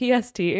PST